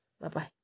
Bye-bye